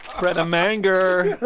pret a manger